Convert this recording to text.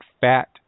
fat